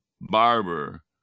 Barber